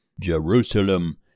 Jerusalem